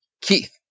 keith